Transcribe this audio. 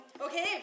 okay